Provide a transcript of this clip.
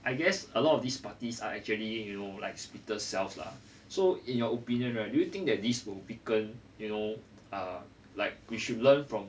I guess a lot of these parties are actually you know like splitters cells lah so in your opinion right do you think that this will weaken you know uh like we should learn from